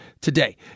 today